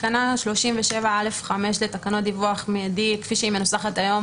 תקנה 37א(5) לתקנות דיווח מידי כפי שהיא מנוסחת היום,